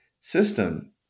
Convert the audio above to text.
system